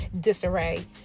disarray